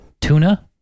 tuna